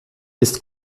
ist